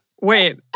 Wait